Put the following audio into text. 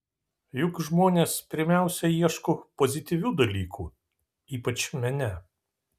juk žmonės pirmiausia ieško pozityvių dalykų ypač mene